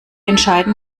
entscheiden